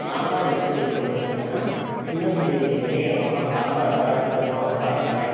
சாம்பார் எப்படி வைக்கணுன் சொன்னால் சின்ன பிள்ளையிலேந்தே எங்கள் அம்மா சாம்பார் தான் அதிகமாக வைப்பாங்க